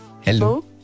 hello